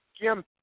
Jim